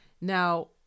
Now